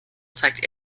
zeigt